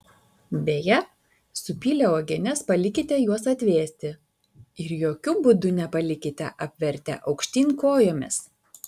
beje supylę uogienes palikite juos atvėsti ir jokiu būdu nepalikite apvertę aukštyn kojomis